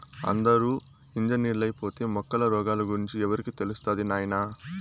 అందరూ ఇంజనీర్లైపోతే మొక్కల రోగాల గురించి ఎవరికి తెలుస్తది నాయనా